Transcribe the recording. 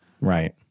Right